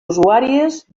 usuàries